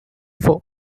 for